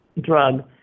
Drug